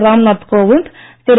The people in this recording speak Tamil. ராம்நாத் கோவிந்த் திரு